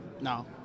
No